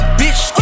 bitch